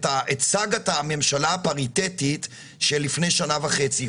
את סאגת הממשלה הפריטטית של לפני שנה וחצי,